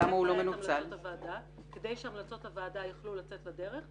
כדי שהמלצות הוועדה יוכלו לצאת לדרך,